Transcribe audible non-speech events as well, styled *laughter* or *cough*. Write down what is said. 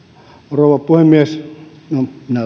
rouva puhemies minä *unintelligible*